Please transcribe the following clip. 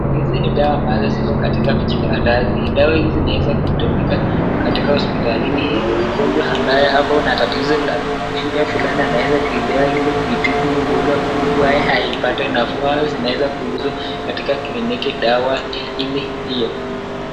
Hizi ni dawa ambazo ziko katika vijikaratasi. Dawa hizi zinaweza kutumika katika hospitalini ili mgonjwa ambaye akona tatizo la shida fulani anaweza kuibuy ili kuitibu ugonjwa huu, waye apate nafuu au zinaweza kuuzwa katika kliniki dawa hili hiyo,